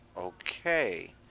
Okay